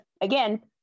again